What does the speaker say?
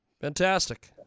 Fantastic